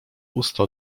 usta